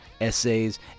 essays